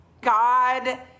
God